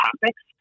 topics